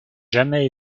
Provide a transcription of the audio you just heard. jamais